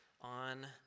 on